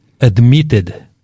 admitted